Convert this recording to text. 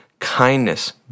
kindness